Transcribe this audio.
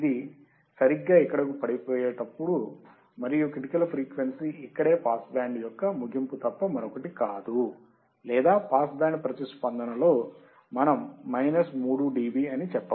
ఇది సరిగ్గా ఇక్కడకు పడిపోయినప్పుడు మరియు క్రిటికల్ ఫ్రీక్వెన్సీ ఇక్కడే పాస్ బ్యాండ్ యొక్క ముగింపు తప్ప మరొకటి కాదు లేదా పాస్ బ్యాండ్ ప్రతిస్పందనలో మనం మైనస్ 3 డిబి అని చెప్పవచ్చు